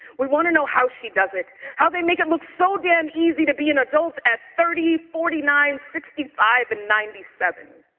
we wanna know how she does it. how they make it look so damn easy to be an adult at thirty, forty nine, sixty five and ninety seven,